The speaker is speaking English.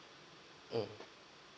um